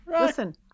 listen